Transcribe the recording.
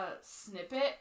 snippet